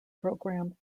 program